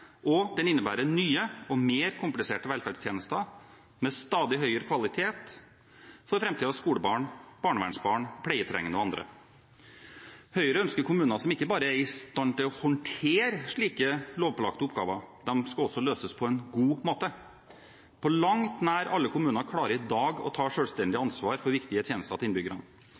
innebærer nye og mer kompliserte velferdstjenester med stadig høyere kvalitet for framtidens skolebarn, barnevernsbarn, pleietrengende og andre. Høyre ønsker kommuner som ikke bare er i stand til å håndtere slike lovpålagte oppgaver. Oppgavene skal også løses på en god måte. På langt nær alle kommuner klarer i dag å ta selvstendig ansvar for viktige tjenester til innbyggerne.